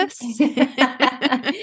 Yes